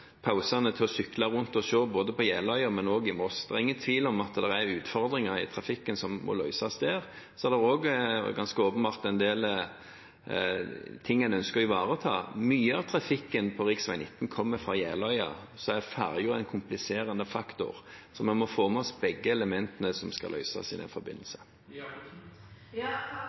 pausene til å sykle rundt og se på Jeløya, men også Moss. Det er ingen tvil om det er utfordringer i trafikken som må løses der, og så er det også ganske åpenbart en del ting en ønsker å ivareta. Mye av trafikken på rv. 19 kommer fra Jeløya. Ferja er en kompliserende faktor, så vi må få med oss begge elementene som skal løses i den forbindelse.